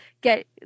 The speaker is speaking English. get